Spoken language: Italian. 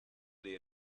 dei